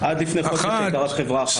אחת,